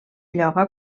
lloga